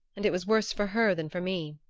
and it was worse for her than for me.